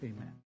Amen